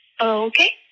okay